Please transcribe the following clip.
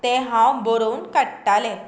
ते हांव बरोवन काडटालें